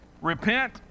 Repent